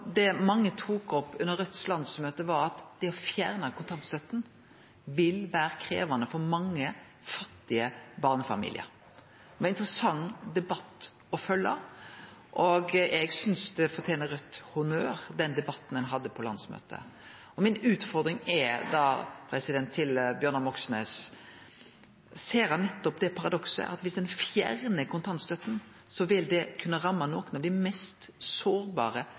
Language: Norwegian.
Det mange tok opp under Raudts landsmøte, var at det å fjerne kontantstøtta vil vere krevjande for mange fattige barnefamiliar. Det var ein interessant debatt å følgje, og eg synest Raudt fortener honnør for den debatten ein hadde på landsmøtet. Mi utfordring til Bjørnar Moxnes er: Ser han paradokset i at dersom ein fjernar kontantstøtta, vil det kunne ramme nokre av dei mest sårbare